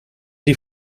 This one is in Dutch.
die